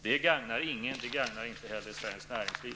Det gagnar ingen, och det gagnar inte heller svenskt näringsliv.